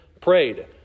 prayed